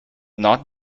not